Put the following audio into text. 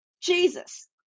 Jesus